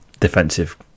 defensive